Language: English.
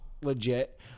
legit